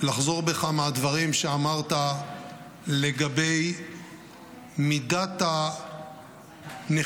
לחזור בך מהדברים שאמרת לגבי מידת הנחישות,